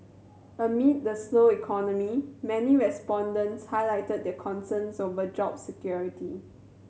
amid the slow economy many respondents highlighted the concerns over job security